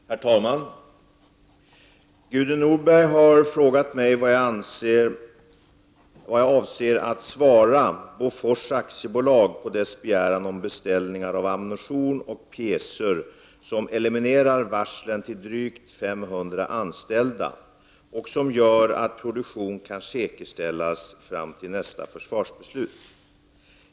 Herr talman! Gudrun Norberg har frågat mig vad jag avser att svara Bofors AB på dess begäran om beställningar av ammunition och pjäser som eliminerar varslen till drygt 500 anställda och som gör att produktion kan säkerställas fram till nästa försvarsbeslut?